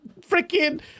freaking